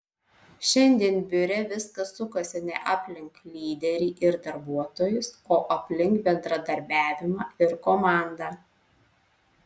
šiandien biure viskas sukasi ne aplink lyderį ir darbuotojus o aplink bendradarbiavimą ir komandą